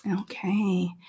Okay